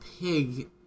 pig